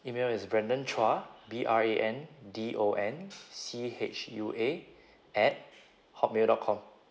email is brandon chua B R A N D O N C H U A at hotmail dot com